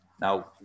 Now